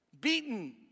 beaten